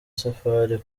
safari